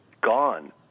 gone